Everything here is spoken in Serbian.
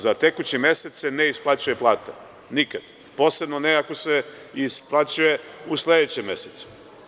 Za tekući mesec se ne isplaćuje plata, nikada, posebno ne ako se isplaćuje u sledećem mesecu.